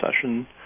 session